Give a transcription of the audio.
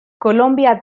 colombia